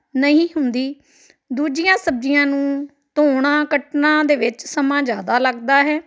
ਨਹੀਂ ਹੁੰਦੀ ਦੂਜੀਆਂ ਸਬਜ਼ੀਆਂ ਨੂੰ ਧੋਣਾ ਕੱਟਣਾ ਦੇ ਵਿੱਚ ਸਮਾਂ ਜ਼ਿਆਦਾ ਲੱਗਦਾ ਹੈ